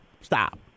stop